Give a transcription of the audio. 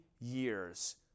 years